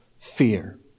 fear